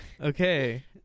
okay